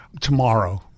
tomorrow